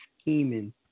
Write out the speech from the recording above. scheming